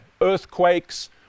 earthquakes